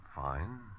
Fine